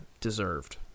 deserved